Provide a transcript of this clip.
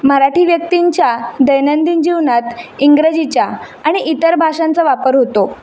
मराठी व्यक्तींच्या दैनंदिन जीवनात इंग्रजीच्या आणि इतर भाषांचा वापर होतो